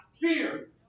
fear